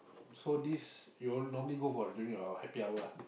so this you all normally go for during your happy hour ah